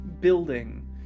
building